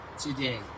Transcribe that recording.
today